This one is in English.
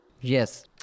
Yes